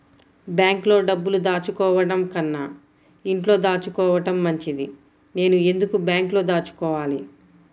బ్యాంక్లో డబ్బులు దాచుకోవటంకన్నా ఇంట్లో దాచుకోవటం మంచిది నేను ఎందుకు బ్యాంక్లో దాచుకోవాలి?